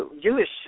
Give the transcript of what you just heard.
Jewish